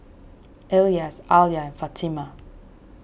Elyas Alya Fatimah